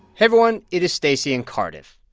everyone. it is stacey and cardiff.